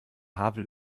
havel